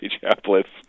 chaplets